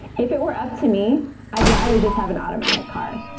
if it were up to me, i'd rather just have an automatic car.